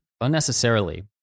unnecessarily